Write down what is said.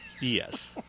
yes